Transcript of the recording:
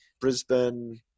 Brisbane